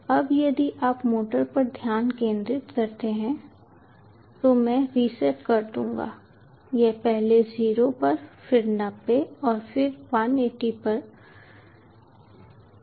अब यदि आप मोटर पर ध्यान केंद्रित करते हैं तो मैं रीसेट कर दूंगा यह पहले 0 पर फिर 90 और फिर 180 पर एलाइन हो जाएगा